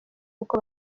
kuko